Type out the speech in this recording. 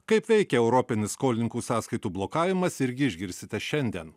kaip veikia europinis skolininkų sąskaitų blokavimas irgi išgirsite šiandien